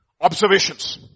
Observations